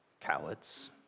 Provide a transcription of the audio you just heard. cowards